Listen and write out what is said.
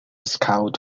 scout